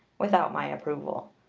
without my approval.